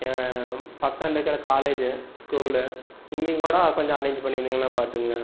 பக்கம் நிற்கிற college school இங்கேயும் கூட கொஞ்சம் அரேஞ்ச் பண்ணிருந்தாங்கன்னால் பார்த்துகோங்களேன்